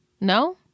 no